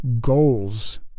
Goals